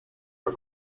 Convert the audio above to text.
for